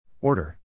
Order